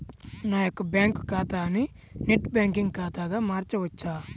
నా యొక్క బ్యాంకు ఖాతాని నెట్ బ్యాంకింగ్ ఖాతాగా మార్చవచ్చా?